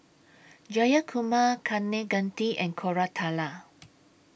Jayakumar Kaneganti and Koratala